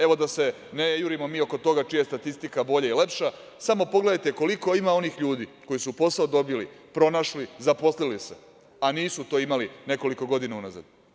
Evo, da se ne jurimo mi oko toga čija je statistika bolja i lepša, samo pogledajte koliko ima onih ljudi koji su posao dobili, pronašli, zaposlili se, a nisu to imali nekoliko godina unazad.